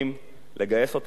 לגייס אותם למאבק.